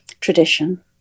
tradition